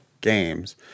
games